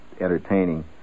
entertaining